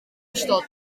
ystod